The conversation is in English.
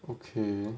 okay